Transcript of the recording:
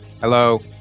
Hello